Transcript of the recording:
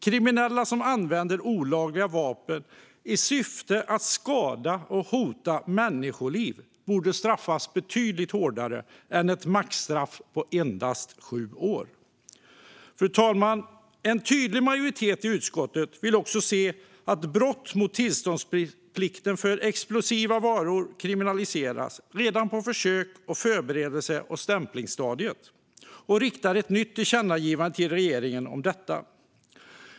Kriminella som använder olagliga vapen i syfte att skada och hota människoliv borde straffas betydligt hårdare än med ett maxstraff på endast sju år. Fru talman! En tydlig majoritet i utskottet vill också se att brott mot tillståndsplikten för explosiva varor kriminaliseras redan på försöks, förberedelse och stämplingsstadiet och riktar ett nytt tillkännagivande till regeringen om detta.